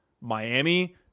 Miami